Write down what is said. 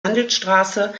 handelsstraße